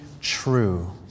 true